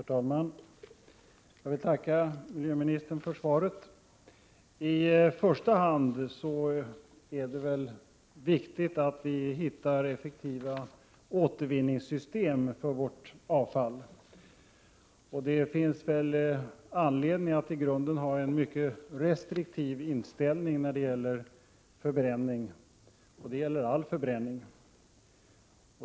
Herr talman! Jag tackar miljöministern för svaret. I första hand är det viktigt att vi hittar effektiva återvinningssystem för vårt avfall. Det finns väl anledning att i grunden ha en mycket restriktiv inställning i fråga om förbränning — det gäller all förbränning.